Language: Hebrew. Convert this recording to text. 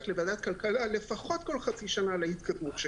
לוועדת הכלכלה לפחות כל חצי שנה על ההתקדמות.